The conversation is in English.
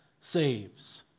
saves